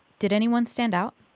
did anyone stand out?